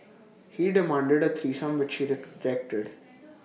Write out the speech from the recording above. he demanded A threesome which she rejected